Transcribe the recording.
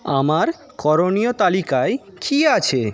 আমার করণীয় তালিকায় কী আছে